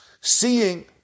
Seeing